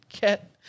get